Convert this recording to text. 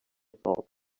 thought